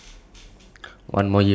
okay